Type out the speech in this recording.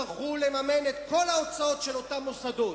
יצטרכו לממן את כל ההוצאות של אותם מוסדות,